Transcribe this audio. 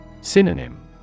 Synonym